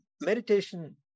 meditation